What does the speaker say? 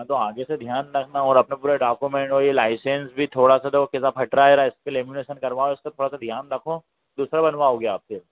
हाँ तो आगे से ध्यान रखना और अपना पूरा डोक्यूमेंट वही लाइसेंस भी थोड़ा सा देखो कैसा फट रहा है जरा इसका लेमिनेशन करवाओ इसके थोड़ा सा ध्यान रखो दूसरा बनवाओगे आप फिर